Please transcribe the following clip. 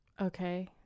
Okay